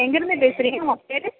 எங்கிருந்து பேசுகிறிங்க உங்கள் பேர்